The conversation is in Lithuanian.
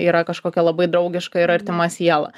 yra kažkokia labai draugiška ir artima siela